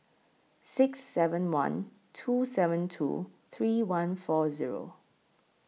six seven one two seven two three one four Zero